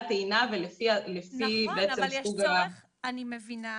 "טעינה" ולפי בעצם סוג --- אני מבינה,